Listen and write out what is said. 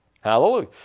Hallelujah